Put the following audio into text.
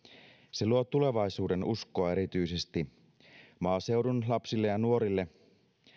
se luo tulevaisuudenuskoa erityisesti maaseudun lapsille ja nuorille